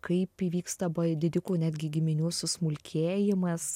kaip įvyksta didikų netgi giminių susmulkėjimas